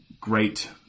great